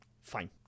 fine